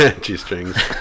g-strings